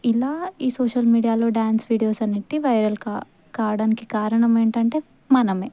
ఇలా ఈ సోషల్ మీడియాలో డ్యాన్స్ వీడియోస్ అన్నిట్టి వైరల్ కా కావడానికి కారణం ఏంటంటే మనమే